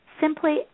simply